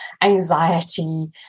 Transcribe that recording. anxiety